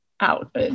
out